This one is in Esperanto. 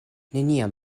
neniam